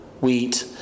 wheat